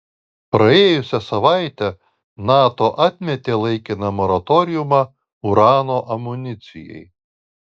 praėjusią savaitę nato atmetė laikiną moratoriumą urano amunicijai